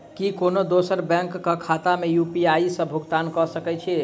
की कोनो दोसरो बैंक कऽ खाता मे यु.पी.आई सऽ भुगतान कऽ सकय छी?